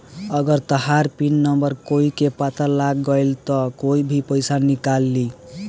अगर तहार PIN number कोई के पता लाग गइल त कोई भी पइसा निकाल ली